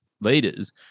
leaders